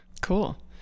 Cool